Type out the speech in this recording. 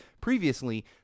previously